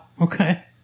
Okay